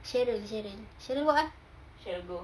cheryl cheryl cheryl what ah